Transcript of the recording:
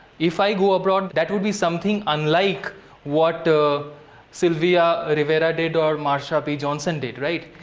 if i go abroad, that would be something unlike what ah sylvia rivera did or marsha p johnson did, right?